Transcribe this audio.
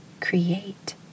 Create